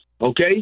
okay